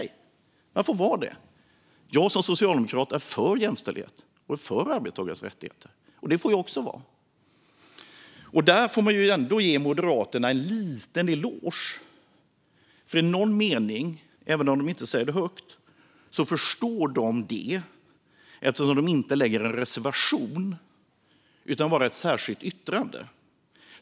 Jag som socialdemokrat är för jämställdhet och arbetstagares rättigheter. Det får jag också vara. Här får jag ändå ge Moderaterna en liten eloge, för i någon mening förstår de det, även om de inte säger det högt, eftersom de inte lägger fram en reservation utan bara ett särskilt yttrande.